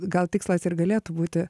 gal tikslas ir galėtų būti